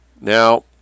Now